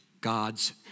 God's